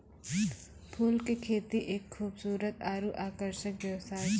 फूल के खेती एक खूबसूरत आरु आकर्षक व्यवसाय छिकै